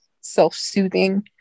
self-soothing